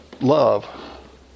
love